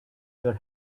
your